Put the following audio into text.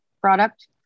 product